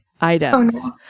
items